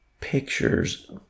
pictures